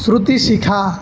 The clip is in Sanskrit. श्रुतिशिखा